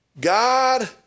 God